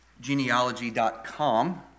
genealogy.com